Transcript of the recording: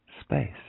space